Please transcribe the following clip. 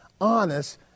honest